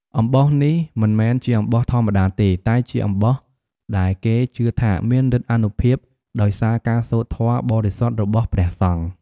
អំបោះនេះមិនមែនជាអំបោះធម្មតាទេ តែជាអំបោះដែលគេជឿថាមានឫទ្ធិអានុភាពដោយសារការសូត្រធម៌បរិសុទ្ធរបស់ព្រះសង្ឃ។